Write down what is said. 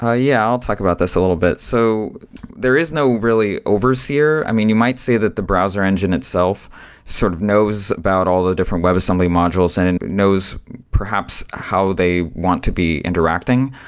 yeah, i'll talk about this a little bit. so there is no really overseer. i mean, you might say that the browser engine itself sort of knows about all the different webassembly modules and knows perhaps how they want to be interacting.